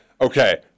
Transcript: Okay